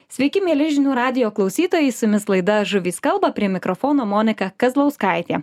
sveiki mieli žinių radijo klausytojai su jumis laida žuvys kalba prie mikrofono monika kazlauskaitė